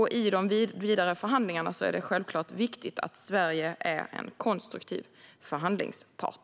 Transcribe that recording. I de vidare förhandlingarna är det självklart viktigt att Sverige är en konstruktiv förhandlingspart.